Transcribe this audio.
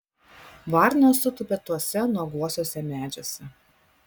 varnos sutūpė tuose nuoguosiuose medžiuose